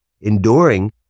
enduring